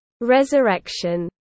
Resurrection